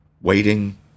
waiting